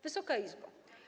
Wysoka Izbo!